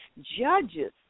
judges